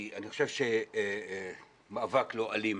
אני חושב שמאבק לא אלים